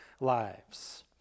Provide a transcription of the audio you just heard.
lives